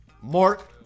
mark